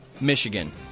Michigan